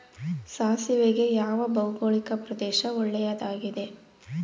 ಸಾಸಿವೆಗೆ ಯಾವ ಭೌಗೋಳಿಕ ಪ್ರದೇಶ ಒಳ್ಳೆಯದಾಗಿದೆ?